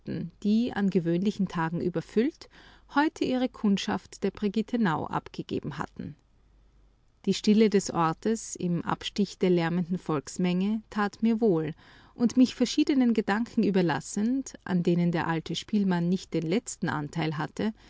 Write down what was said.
die an gewöhnlichen tagen überfüllt heute ihre ganze kundschaft der brigittenau abgegeben hatten die stille des ortes im abstich der lärmenden volksmenge tat mir wohl und mich verschiedenen gedanken überlassend an denen der alte spielmann nicht den letzten anteil hatte